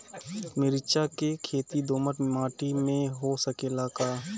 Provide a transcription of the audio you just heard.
मिर्चा के खेती दोमट माटी में हो सकेला का?